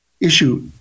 issue